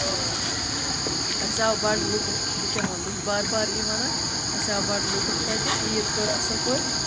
تہٕ اَسہِ آو بَڑٕ لُطُف بہٕ کیا وَنہٕ بہٕ چھٮ۪س بار بار یی وَنان اَسہِ آو بَڑٕ لُطُف تَتہِ عیٖد کٔر اَصٕل پٲٹھۍ